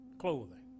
clothing